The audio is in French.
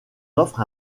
offre